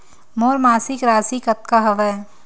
मोर मासिक राशि कतका हवय?